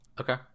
Okay